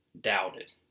doubted